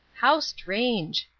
how strange!